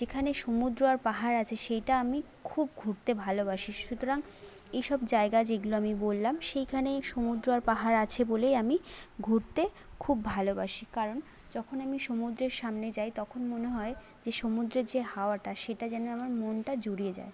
যেখানে সমুদ্র আর পাহাড় আছে সেইটা আমি খুব ঘুরতে ভালোবাসি সুতরাং এই সব জায়গা যেগুলো আমি বললাম সেইখানেই সমুদ্র আর পাহাড় আছে বলেই আমি ঘুরতে খুব ভালোবাসি কারণ যখন আমি সমুদ্রের সামনে যাই তখন মনে হয় যে সমুদ্রের যে হাওয়াটা সেটা যেন আমার মনটা জুড়িয়ে যায়